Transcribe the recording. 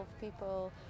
people